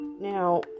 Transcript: Now